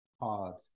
Hard